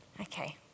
Okay